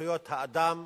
זכויות האדם,